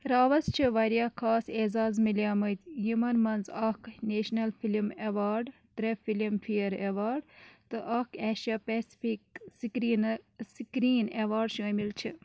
راوَس چھِ واریاہ خاص اعزاز مِلیامٕتۍ یِمَن منٛز اَکھ نیشنَل فِلِم اٮ۪واڈ ترٛےٚ فِلِم فِیَر اٮ۪واڈ تہٕ اَکھ ایشیا پیسِفِک سٕکریٖنہ سٕکریٖن اٮ۪واڈ شٲمِل چھِ